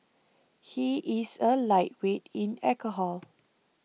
he is a lightweight in alcohol